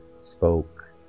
spoke